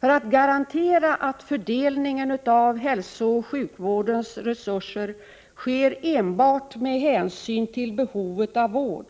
För att garantera att fördelningen av hälsooch sjukvårdens resurser sker enbart med hänsyn till behovet av vård